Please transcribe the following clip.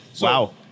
wow